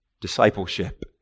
discipleship